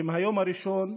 ומהיום הראשון,